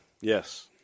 Yes